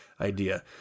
idea